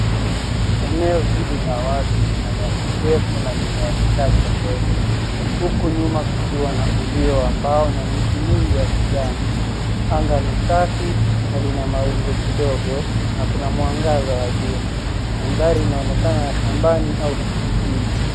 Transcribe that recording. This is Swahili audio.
Eneo hili la wazi lina nyasi ndefu na mimea michache mbele. Huku nyuma kukiwa na uzio ambao na miti mingi ya kijani. Anga ni safi na lina mawingu kidogo na kuna mwangaza wa jua. Mandhari inaonekana ya shambani au kijijini.